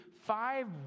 five